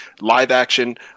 live-action